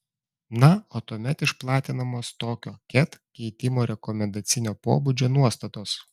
na o tuomet išplatinamos tokio ket keitimo rekomendacinio pobūdžio nuostatos